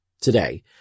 today